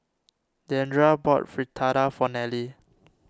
Deandra bought Fritada for Nelie